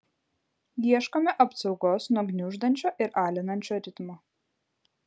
ieškome apsaugos nuo gniuždančio ir alinančio ritmo